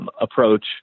approach